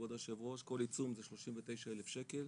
כבוד היושב ראש, כל עיצום זה 39 אלף שקל,